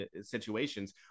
situations